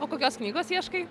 o kokios knygos ieškai